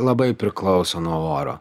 labai priklauso nuo oro